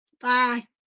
Bye